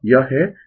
यह है